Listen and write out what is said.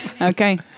Okay